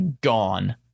gone